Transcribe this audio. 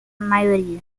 maioria